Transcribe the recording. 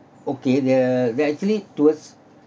okay they're they are actually towards